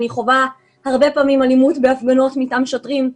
אני חווה הרבה פעמים אלימות בהפגנות מטעם שוטרים.